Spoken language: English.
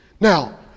Now